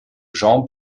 jean